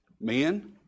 Men